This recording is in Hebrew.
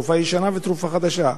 תרופה ישנה ותרופה חדשה.